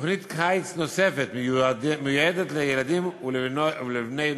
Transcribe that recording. תוכנית קיץ נוספת מיועדת לילדים ולבני-נוער